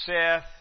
Seth